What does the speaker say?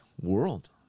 world